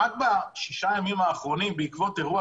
רק בשישה הימים האחרונים בעקבות האירוע